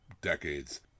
decades